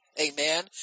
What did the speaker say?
Amen